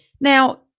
now